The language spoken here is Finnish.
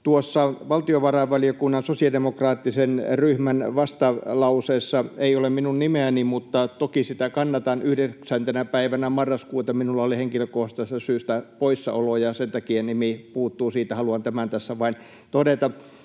Tuossa valtiovarainvaliokunnan sosiaalidemokraattisen ryhmän vastalauseessa ei ole minun nimeäni, mutta toki sitä kannatan — 9. päivänä marraskuuta minulla oli henkilökohtaisesta syystä poissaolo, ja sen takia nimi puuttuu siitä. Haluan tämän tässä vain todeta.